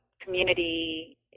community